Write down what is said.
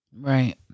Right